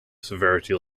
severity